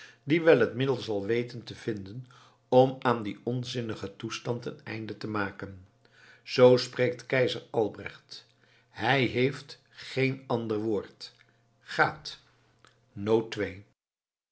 die wel het middel zal weten te vinden om aan dien onzinnigen toestand een einde te maken zoo spreekt keizer albrecht hij heeft geen ander woord gaat